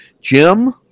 jim